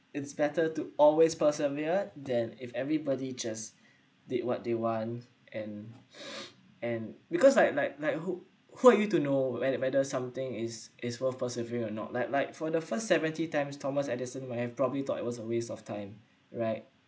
it's better to always persevere than if everybody just did what they want and and because like like like who who are you to know whether whether something is is worth persevere or not like like for the first seventy times thomas edison would have probably thought it was a waste of time right